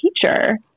teacher